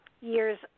years